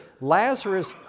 Lazarus